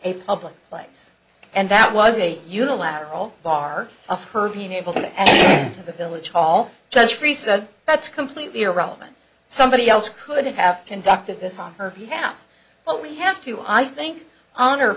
a public place and that was a unilateral bar of her being able to enter the village hall judge freeh said that's completely irrelevant somebody else could have conducted this on her behalf but we have to i think honor her